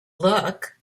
look